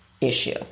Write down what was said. issue